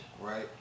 right